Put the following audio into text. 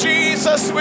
Jesus